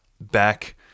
back